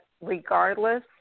regardless